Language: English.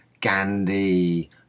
Gandhi